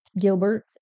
Gilbert